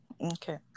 Okay